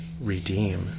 redeem